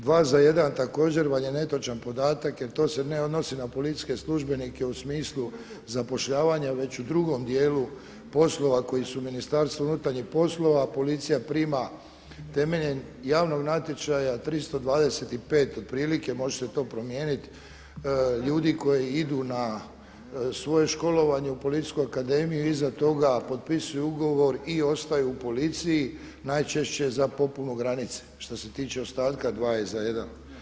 Dva za jedan vam je također netočan podatak, jer to se ne odnosi na policijske službenike u smislu zapošljavanja već u drugom dijelu poslova koji su u Ministarstvu unutarnjih poslova, a policija prima temeljem javnog natječaja 325 otprilike, može se to promijenit ljudi koji idu na svoj školovanje u policijsku akademiju, iza toga potpisuju ugovor i ostaju u policiji najčešće za popunu granice šta se tiče dva je za jedan.